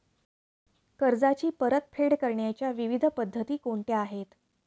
कर्जाची परतफेड करण्याच्या विविध पद्धती कोणत्या आहेत?